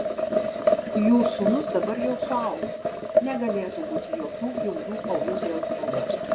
jų sūnus dabar jau suaugęs negalėtų būti jokių bjaurių kovų dėl globos